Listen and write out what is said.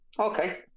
Okay